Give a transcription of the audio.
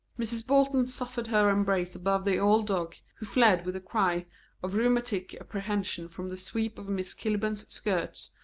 mrs. bolton suffered her embrace above the old dog, who fled with a cry of rheumatic apprehension from the sweep of miss kilburn's skirts,